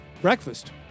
breakfast